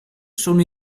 sono